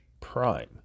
Prime